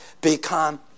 become